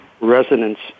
residents